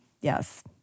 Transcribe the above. yes